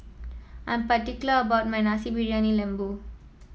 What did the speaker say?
I'm particular about my Nasi Briyani Lembu